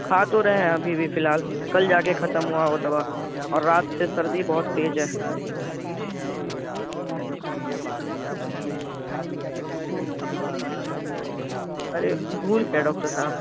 کھا تو رہے ہیں ابھی ا بھی فی الحال کل جا کے ختم ہوا وہ دوا اور رات سے سردی بہت تیز ہے ارے بھول کیا ڈاکٹر صاحب